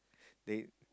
they